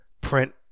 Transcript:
print